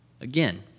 Again